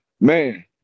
man